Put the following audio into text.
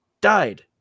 died